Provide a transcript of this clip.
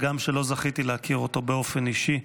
הגם שלא זכיתי להכיר אותו באופן אישי.